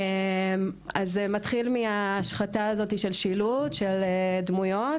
אז נתחיל מההשחתה של שילוט של דמויות